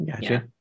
Gotcha